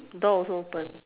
the door also open